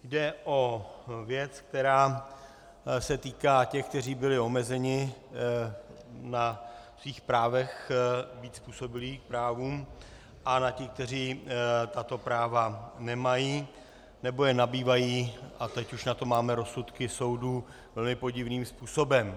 Jde o věc, která se týká těch, kteří byli omezeni na svých právech být způsobilí k právům, a těch, kteří tato práva nemají nebo je nabývají a teď už na to máme rozsudky soudů velmi podivným způsobem.